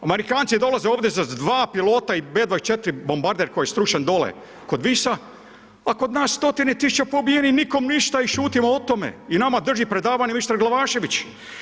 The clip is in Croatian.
Amerikanci dolaze ovdje sa 2 pilota i B-24 bombarder koji je srušen dole kod Visa, a kod nas stotine tisuće pobijenih, nikome ništa i šutimo o tome. i nama drži predavanje mister Glavašević.